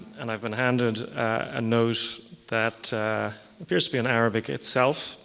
and i've been handed a note that appears to be in arabic itself,